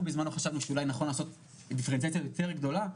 אנחנו בזמנו חשבנו שאולי נכון לעשות דיפרנציאציה יותר גדולה.